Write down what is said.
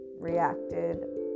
reacted